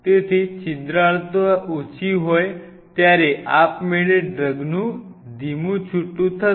તેથી છિદ્રાળુતા ઓછી હોય ત્યારે આપમેળે ડ્રગનું ધીમું છુટું થશે